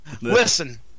Listen